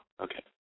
Okay